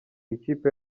ikipe